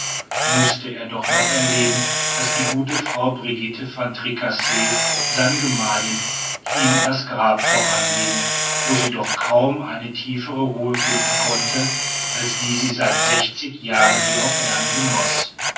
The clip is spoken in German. mußte er doch noch erleben daß die gute frau brigitte van tricasse seine gemahlin ihm in das grab voranging wo sie doch kaum eine tiefere ruhe finden konnte als die sie seit sechzig jahren hier auf erden genoß